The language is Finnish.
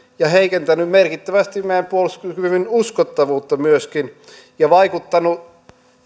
ja heikentänyt merkittävästi meidän puolustuskyvyn uskottavuutta myöskin ja vaikuttanut